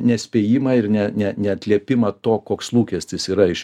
nespėjimą ir ne ne neatliepimą to koks lūkestis yra iš